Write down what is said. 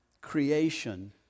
creation